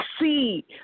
see